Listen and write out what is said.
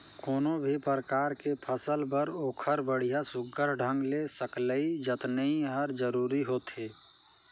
कोनो भी परकार के फसल बर ओखर बड़िया सुग्घर ढंग ले सकलई जतनई हर जरूरी होथे